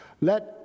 Let